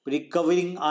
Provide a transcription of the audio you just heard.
Recovering